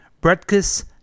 breakfast